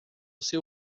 seu